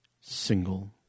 single